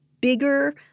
bigger